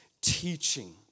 teaching